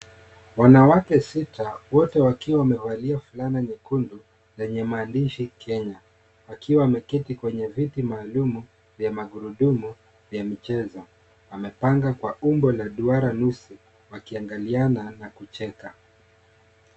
Wanawake sita wote wakiwa wamevalia flana nyekundu zenye maandishi kenya. Wakiwa wameketi kwenye viti maalumu vya magurudumu vya michezo wamepanga kwa umbo la duara nusu wakiangaliana na kucheka.